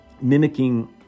mimicking